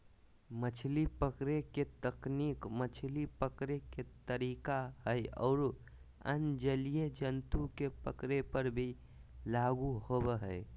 मछली पकड़े के तकनीक मछली पकड़े के तरीका हई आरो अन्य जलीय जंतु के पकड़े पर भी लागू होवअ हई